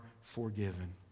forgiven